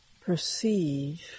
perceive